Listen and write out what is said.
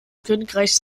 königreichs